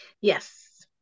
yes